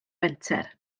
fenter